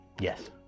Yes